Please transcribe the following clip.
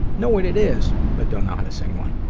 know what it is, but don't know how to sing one.